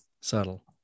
Subtle